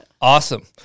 Awesome